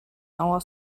our